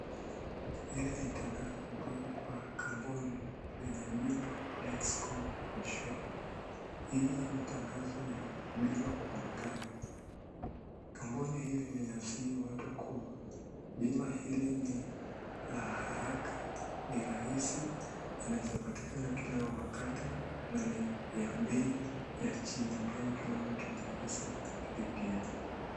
Hili ni tangazo kutoka kwa kampuni lenye jina Let's Go Insure. Hii ni tangazo ya bima kwa magari. Kampuni hili linasii watu. Bima hili ni la haraka, ni rahisi, inaweza patikana kila wakati na ni ya bei ya chini ambayo kila mtu anaweza lipia.